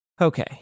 Okay